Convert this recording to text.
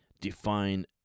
define